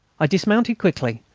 i dismounted quickly,